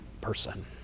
person